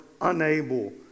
unable